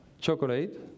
chocolate